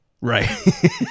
right